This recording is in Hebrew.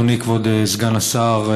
אדוני כבוד סגן השר,